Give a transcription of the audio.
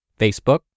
Facebook